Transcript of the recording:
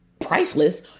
priceless